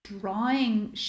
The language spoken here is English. drawing